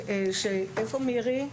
איפה מירי?